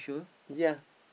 yeah